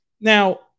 Now